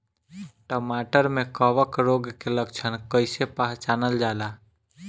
टमाटर मे कवक रोग के लक्षण कइसे पहचानल जाला?